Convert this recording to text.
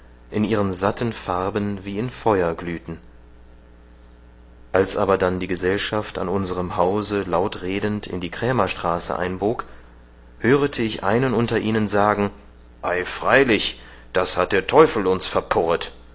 in ihren satten farben wie in feuer glühten als aber dann die gesellschaft an unserem hause laut redend in die krämerstraße einbog hörete ich einen unter ihnen sagen ei freilich das hat der teufel uns verpurret